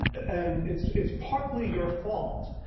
and it's it's partly your fault.